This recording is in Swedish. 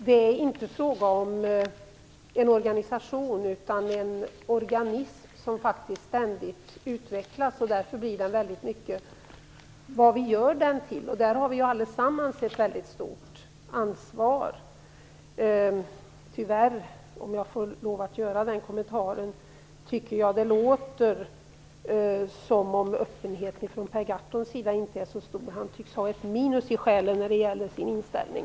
Det är inte fråga om en organisation utan om en organism som faktiskt ständigt utvecklas, och därför blir den i mycket vad vi gör den till, och där har vi allesammans ett mycket stort ansvar. Låt mig dessutom göra den kommentaren att det tyvärr låter som om Per Gahrtons öppenhet inte är så stor. Han tycks ha en negativ inställning.